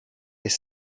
des